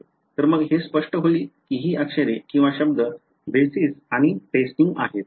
तर मग हे स्पष्ट होईल की ही अक्षरे किंवा शब्द बेसिस आणि टेस्टिंग आहेत